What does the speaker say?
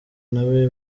nawe